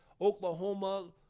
Oklahoma